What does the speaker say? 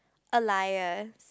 alias